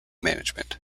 management